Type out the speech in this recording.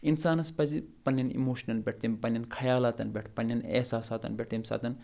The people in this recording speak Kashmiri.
اِنسانَس پَزِ پَنٛنٮ۪ن اِموشَنن پٮ۪ٹھ تِم پَنٛنٮ۪ن خیالاتَن پٮ۪ٹھ پَنٛنٮ۪ن احساساتَن پٮ۪ٹھ تَمہِ ساتَن